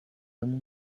domu